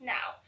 Now